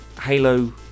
Halo